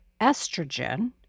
estrogen